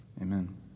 amen